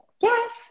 Yes